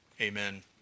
amen